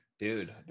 Dude